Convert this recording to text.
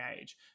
age